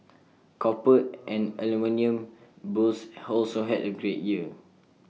copper and aluminium bulls also had A great year